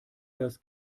das